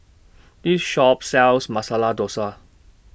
This Shop sells Masala Dosa